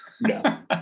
No